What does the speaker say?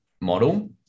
model